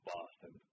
Boston